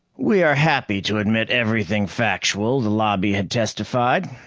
we are happy to admit everything factual the lobby had testified.